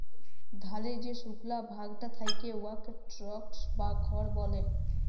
ধালের যে সুকলা ভাগটা থ্যাকে উয়াকে স্ট্র বা খড় ব্যলে